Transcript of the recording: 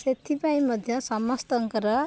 ସେଥିପାଇଁ ମଧ୍ୟ ସମସ୍ତଙ୍କର